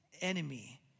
enemy